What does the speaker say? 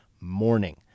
morning